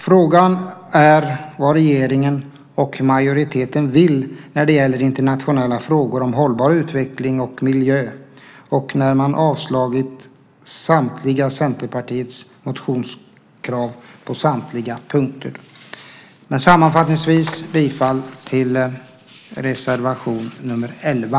Frågan är vad regeringen och majoriteten vill när det gäller internationella frågor om hållbar utveckling och miljö när man avslagit samtliga Centerpartiets motionskrav på samtliga punkter. Sammanfattningsvis yrkar jag bifall till reservation nr 11.